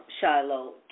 Shiloh